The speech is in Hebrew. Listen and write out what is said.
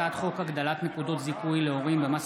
הצעת חוק הגדלת נקודות זיכוי להורים במס